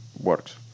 works